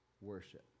worship